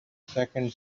second